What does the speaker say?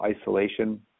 isolation